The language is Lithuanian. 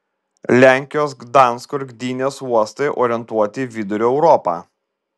lenkijos gdansko ir gdynės uostai orientuoti į vidurio europą